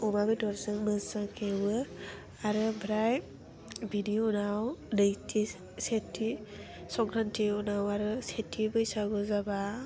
अमा बेदरजों मोजां एवो आरो ओमफ्राय बिनि उनाव नैथि सेथि संक्रान्ति उनाव आरो सेथि बैसागु जाबा